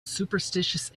superstitious